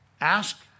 Ask